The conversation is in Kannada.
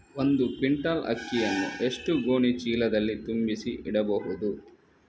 ಒಂದು ಕ್ವಿಂಟಾಲ್ ಅಕ್ಕಿಯನ್ನು ಎಷ್ಟು ಗೋಣಿಚೀಲದಲ್ಲಿ ತುಂಬಿಸಿ ಇಡಬಹುದು?